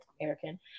american